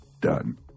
done